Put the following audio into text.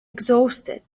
exhausted